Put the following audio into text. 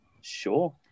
sure